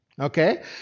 Okay